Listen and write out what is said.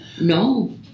No